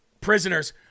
prisoners